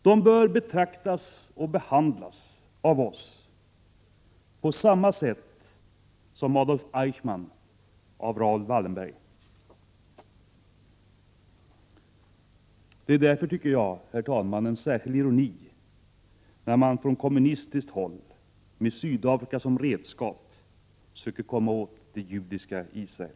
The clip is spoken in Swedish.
De bör betraktas och behandlas av oss på samma sätt som Adolf Eichman betraktades av Raoul Wallenberg. Det är därför, herr talman, en särdeles ironi när man från kommunistiskt håll med Sydafrika som redskap söker komma åt det judiska Israel.